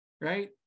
right